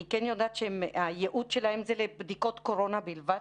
אני כן יודעת שהייעוד שלהם זה לבדיקות קורונה בלבד.